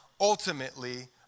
ultimately